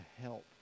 help